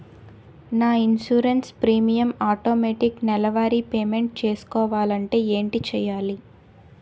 నా insurance premium automatic నెలవారి payment చేసుకోవాలంటే ఏంటి చేయాలి?